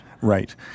Right